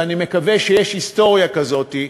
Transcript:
ואני מקווה שיש היסטוריה כזאת,